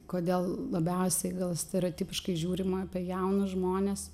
kodėl labiausiai gal stereotipiškai žiūrima apie jaunus žmones